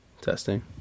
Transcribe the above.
testing